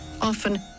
often